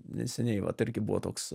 neseniai vat irgi buvo toks